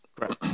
Right